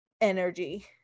energy